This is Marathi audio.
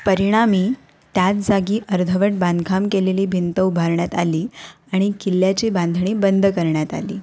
परिणामी त्याच जागी अर्धवट बांधकाम केलेली भिंत उभारण्यात आली आणि किल्ल्याची बांधणी बंद करण्यात आली